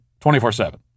24-7